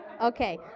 Okay